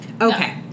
Okay